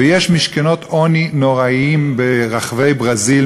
ויש משכנות עוני נוראיים ברחבי ברזיל,